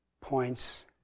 points